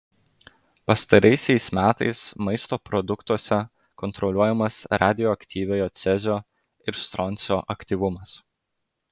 pastaraisiais metais maisto produktuose kontroliuojamas radioaktyviojo cezio ir stroncio aktyvumas